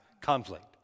Conflict